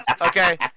okay